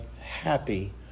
happy